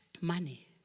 money